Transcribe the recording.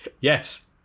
Yes